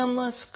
नमस्कार